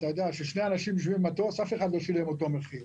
כששני אנשים יושבים במטוס אף אחד לא משלם אותו מחיר.